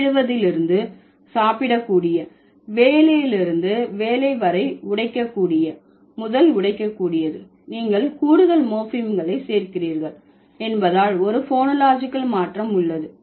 சாப்பிடுவதிலிருந்து சாப்பிடக்கூடிய வேலையிலிருந்து வேலை வரை உடைக்கக்கூடிய முதல் உடைக்கக்கூடியது நீங்கள் கூடுதல் மோர்பிம்களை சேர்க்கிறீர்கள் என்பதால் ஒரு போனோலாஜிகல் மாற்றம் உள்ளது